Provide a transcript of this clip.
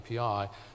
API